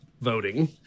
voting